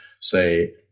say